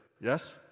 Yes